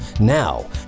Now